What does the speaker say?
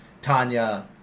Tanya